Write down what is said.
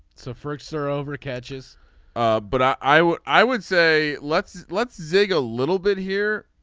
so first sir over catches but i would i would say let's let's zig a little bit here.